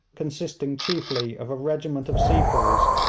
consisting chiefly of a regiment of sepoys,